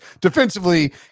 defensively